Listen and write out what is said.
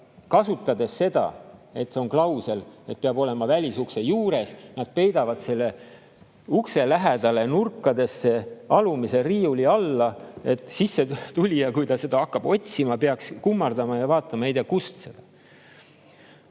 kasutades seda klauslit, et peab olema välisukse juures. Nad peidavad selle ukse lähedale nurka, alumise riiuli alla, et sissetulija, kui ta seda hakkab otsima, peaks kummardama ja vaatama ei tea kust.